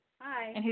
Hi